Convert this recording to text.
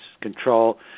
control